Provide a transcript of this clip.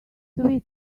suite